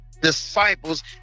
disciples